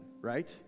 right